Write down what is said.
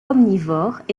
omnivores